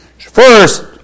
First